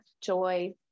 joy